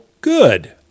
good